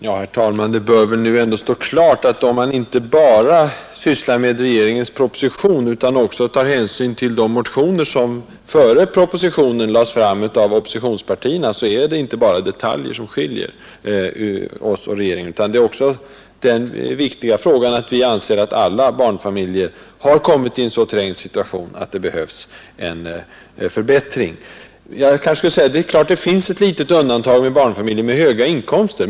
Herr talman! Det bör väl nu ändå stå klart, att om man inte bara sysslar med regeringens proposition, utan också tar hänsyn till de motioner som före propositionens framläggande väcktes av oppositionspartierna, så är det inte bara detaljer som skiljer oss och regeringen, utan det är också den viktiga frågan att vi anser att alla barnfamiljer har kommit i en så trängd situation att det behövs en förbättring. Det är klart att man kunde göra undantag för ett litet antal barnfamiljer med höga inkomster.